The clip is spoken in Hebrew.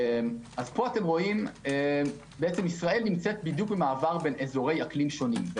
פה אתם רואים ישראל נמצאת במעבר בין אזורי אקלים שונים.